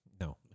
No